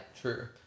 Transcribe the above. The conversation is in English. true